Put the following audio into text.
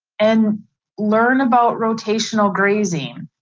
and learn about rotational grazing.